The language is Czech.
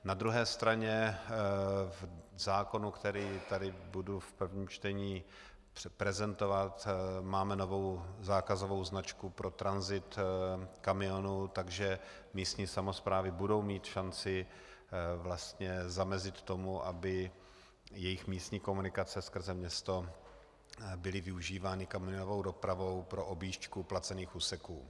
Na druhé straně zákon, který tady budu v prvním čtení prezentovat máme novou zákazovou značku pro tranzit kamionů, takže místní samosprávy budou mít šanci zamezit tomu, aby jejich místní komunikace skrze město byly využívány kamionovou dopravou pro objížďku placených úseků.